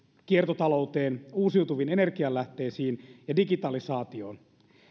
kiertotalouteen uusiutuviin energianlähteisiin ja digitalisaatioon